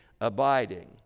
abiding